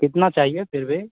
कितना चाहिए फिर भी